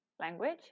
language